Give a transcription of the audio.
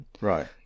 Right